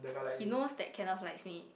he knows that Kenneth likes me